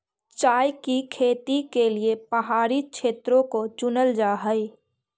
चाय की खेती के लिए पहाड़ी क्षेत्रों को चुनल जा हई